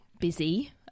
busy